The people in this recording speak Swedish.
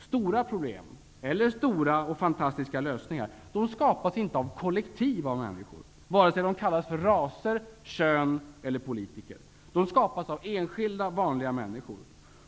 Stora problem eller fantastiska lösningar skapas inte av kollektiv, vare sig de kallas raser, kön eller politiker. De skapas av enskilda, vanliga människor.